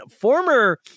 Former